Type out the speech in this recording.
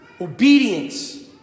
obedience